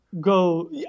Go